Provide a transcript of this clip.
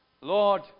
Lord